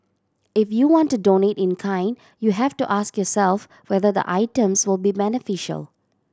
if you want to donate in kind you have to ask yourself whether the items will be beneficial